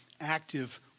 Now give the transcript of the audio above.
active